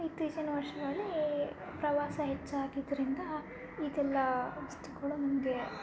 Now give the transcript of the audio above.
ಇತ್ತೀಚಿನ ವರ್ಷಗಳಲ್ಲಿ ಪ್ರವಾಸ ಹೆಚ್ಚಾಗಿದ್ದರಿಂದ ಇದೆಲ್ಲ ವಸ್ತುಗಳು ನಿಮಗೆ